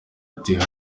ati